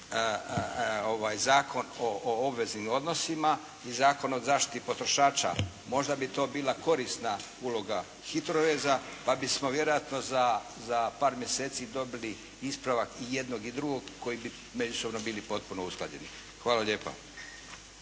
Zakon o obveznim odnosima i Zakon o zaštiti potrošača. Možda bi to bila korisna uloga HITROReza pa bismo vjerojatno za par mjeseci dobili ispravak i jednog i drugog koji bi međusobno bili potpuno usklađeni. Hvala lijepa.